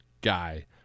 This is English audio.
guy